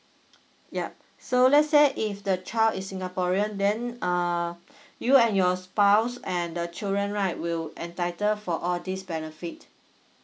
yup so let's say if the child is singaporean then uh you and your spouse and the children right will entitle for all this benefit